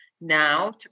now